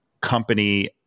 company